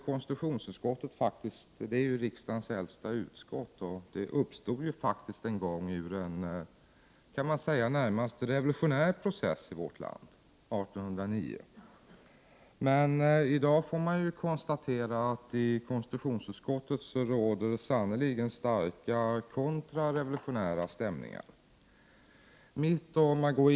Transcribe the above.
Konstitutionsutskottet, som är riksdagens äldsta utskott, uppstod faktiskt en gång ur en närmast revolutionär process i vårt land 1809. I dag får man i stället konstatera att det snarare råder starka kontrarevolutionära stämningar inom konstitutionsutskottet.